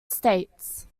states